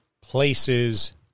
places